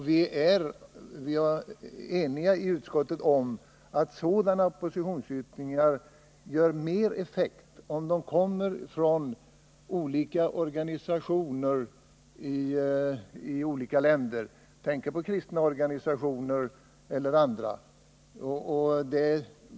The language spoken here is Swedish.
Vi är eniga i utskottet om att sådana yttringar har större effekt om de kommer från organisationer — kristna eller andra — i olika länder.